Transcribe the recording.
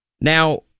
Now